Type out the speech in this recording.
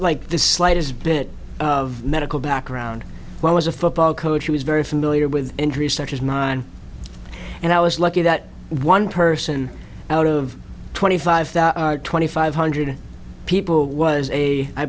like the slightest bit of medical background while as a football coach he was very familiar with injuries such as mine and i was lucky that one person out of twenty five twenty five hundred people was a i